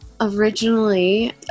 Originally